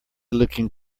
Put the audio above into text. looking